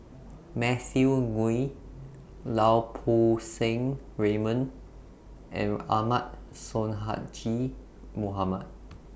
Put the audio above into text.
Matthew Ngui Lau Poo Seng Raymond and Ahmad Sonhadji Mohamad